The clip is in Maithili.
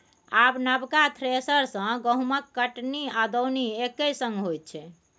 आब नबका थ्रेसर सँ गहुँमक कटनी आ दौनी एक्के संग होइ छै